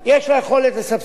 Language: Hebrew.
יש לה יכולת לסבסד.